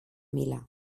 milà